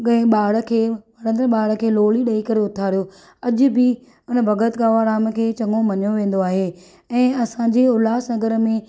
जंहिं कंहिं बा॒र खे नंढे बा॒र खे लोली डे॒ई उथारियो अजु॒ बि उन भगत कंवर राम खे चङो मञियो वेंदो आहे ऐं असांजे उल्हास नगर में